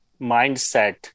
mindset